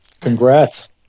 Congrats